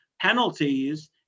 penalties